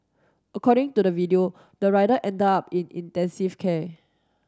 according to the video the rider ended up in intensive care